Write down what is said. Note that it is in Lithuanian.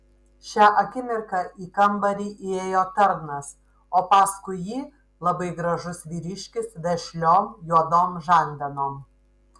šią akimirką į kambarį įėjo tarnas o paskui jį labai gražus vyriškis vešliom juodom žandenom